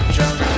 Drunk